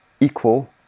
equal